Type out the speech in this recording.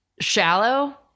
shallow